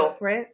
right